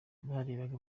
barebaga